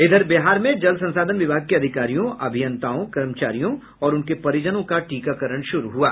इधर बिहार मे जल संसाधन विभाग के अधिकारियों अभियंताओं कर्मचारियों और उनके परिजनों का टीकाकरण शुरू हुआ